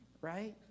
Right